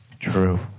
True